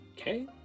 okay